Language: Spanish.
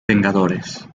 vengadores